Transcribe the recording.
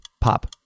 Pop